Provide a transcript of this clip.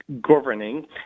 governing